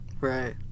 right